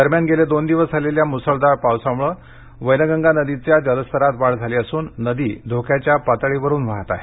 दरम्यान गेले दोन दिवस झालेल्या मुसळधार पावसामुळे वैनगंगा नदीचा जलस्तर मध्ये वाढ झाली असून नदी धोक्याचा पातळी वर वाहत आहे